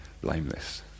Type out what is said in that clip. blameless